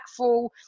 impactful